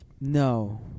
No